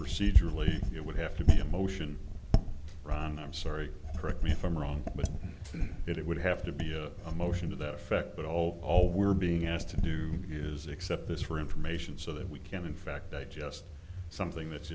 procedurally it would have to be a motion ron i'm sorry correct me if i'm wrong but it would have to be a motion to that effect but all all we're being asked to do is except this for information so that we can in fact digest something that's